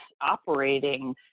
operating